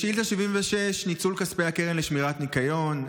שאילתה 76, ניצול כספי הקרן לשמירת הניקיון.